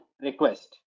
request